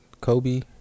kobe